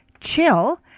chill